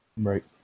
right